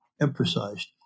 emphasized